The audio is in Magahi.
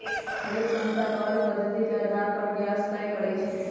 हरेक संस्था कर्व पधति के अधार पर ब्याज तए करई छई